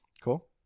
Cool